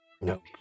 No